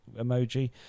emoji